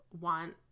want